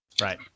Right